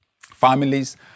Families